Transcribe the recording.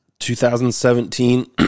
2017